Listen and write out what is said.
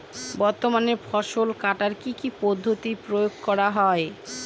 বর্তমানে ফসল কাটার কি কি পদ্ধতি প্রয়োগ করা হয়?